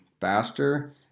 faster